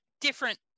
different